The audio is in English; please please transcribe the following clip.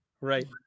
Right